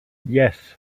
yes